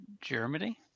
Germany